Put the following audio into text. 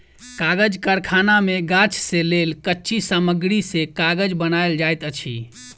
कागज़ कारखाना मे गाछ से लेल कच्ची सामग्री से कागज़ बनायल जाइत अछि